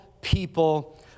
people